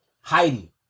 Heidi